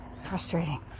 frustrating